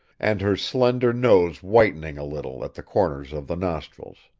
and her slender nose whitening a little at the corners of the nostrils.